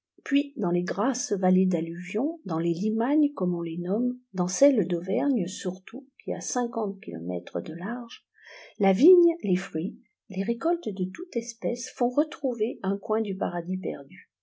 puis dans les grasses vallées d'alluvion dans les limagnes comme on les nomme dans celle d'auvergne surtout qui a o kilomètres de large la vigne les fruits les récoltes de toute espèce font retrouver un coin du paradis perdu